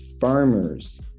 farmers